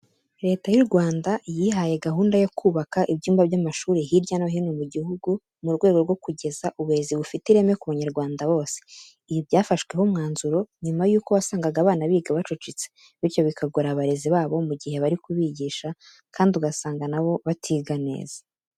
Leta y'u Rwanda yihaye gahunda yo kubaka ibyumba by'amashuri hirya no hino mu gihugu mu rwego rwo kugeza uburezi bufite ireme ku banyarwanda bose. Ibi byafashweho umwanzuro nyuma yuko wasangaga abana biga bacucitse, bityo bikagora abarezi babo mu gihe bari kubigisha kandi ugasanga na bo batiga neza.